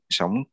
sống